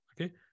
okay